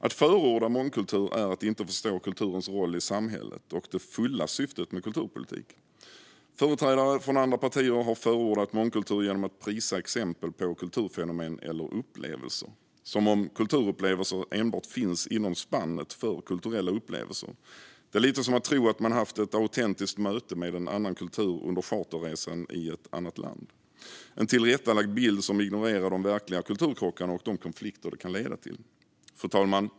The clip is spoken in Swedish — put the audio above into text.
Att förorda mångkultur är att inte förstå kulturens roll i samhället och det fulla syftet med kulturpolitik. Företrädare från andra partier har förordat mångkultur genom att prisa exempel på kulturfenomen eller upplevelser, som om kulturupplevelser enbart fanns inom spannet för kulturella upplevelser. Det är lite som att tro att man haft ett autentiskt möte med en annan kultur under charterresan i ett annat land. Det blir en tillrättalagd bild som ignorerar de verkliga kulturkrockarna och de konflikter de kan leda till. Fru talman!